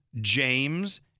James